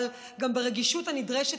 אבל גם ברגישות הנדרשת,